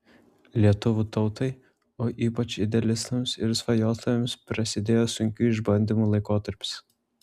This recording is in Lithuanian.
lietuvių tautai o ypač idealistams ir svajotojams prasidėjo sunkių išbandymų laikotarpis